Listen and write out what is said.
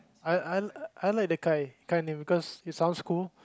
I I I like the guy guy name because it sounds cool